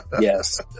Yes